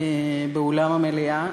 באולם המליאה.